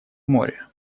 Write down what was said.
море